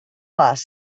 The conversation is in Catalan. vas